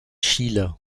chile